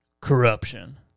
Corruption